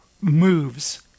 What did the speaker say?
moves